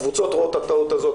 הקבוצות רואות את הטעות הזאת,